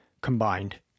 combined